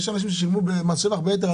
יש אנשים ששילמו מס שבח ביתר,